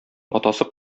атасы